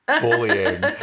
bullying